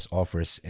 offers